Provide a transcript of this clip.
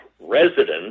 residents